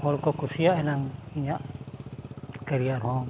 ᱦᱚᱲᱠᱚ ᱠᱩᱥᱤᱭᱟᱜ ᱮᱱᱟᱜ ᱤᱧᱟᱹᱜ ᱠᱮᱨᱤᱭᱟᱨ ᱦᱚᱸ